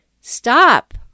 Stop